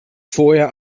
vorher